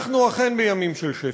אנחנו אכן בימים של שפל.